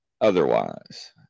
otherwise